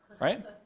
Right